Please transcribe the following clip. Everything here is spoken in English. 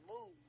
move